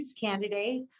candidate